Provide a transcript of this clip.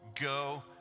go